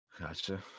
Gotcha